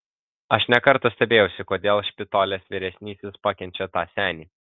aš ne kartą stebėjausi kodėl špitolės vyresnysis pakenčia tą senį